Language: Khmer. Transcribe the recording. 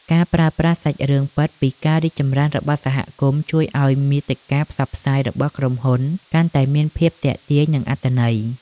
ការប្រើប្រាស់សាច់រឿងពិតពីការរីកចម្រើនរបស់សហគមន៍ ជួយឱ្យមាតិកាផ្សព្វផ្សាយរបស់ក្រុមហ៊ុនកាន់តែមានភាពទាក់ទាញ និងអត្ថន័យ។